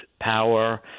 power